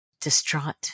distraught